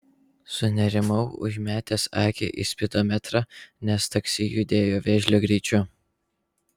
sunerimau užmetęs akį į spidometrą nes taksi judėjo vėžlio greičiu